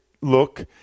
look